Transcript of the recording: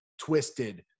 twisted